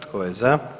Tko je za?